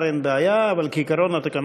אני אגיד לאנשים שלי שיכינו תשובה, ותקבלי תשובה